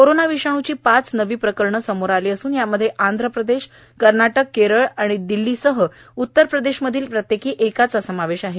corona विषाणूची पाच नवी प्रकरणं समोर आली असून यामध्ये आंध प्रदेश कर्नाटक केरळ दिल्ली आणि उत्तर प्रदेशमधल्या प्रत्येकी एकाचा समावेश आहे